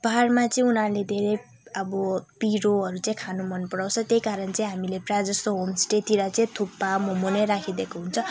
पहाडमा चाहिँ उनीहरूले धेरै अब पिरोहरू चाहिँ खानु मन पराउँछ त्यही कारण चाहिँ प्राय जस्तो होमस्टेतिर चाहिँ थुक्पा मोमो नै राखिदिएको हुन्छ